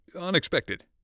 unexpected